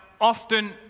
often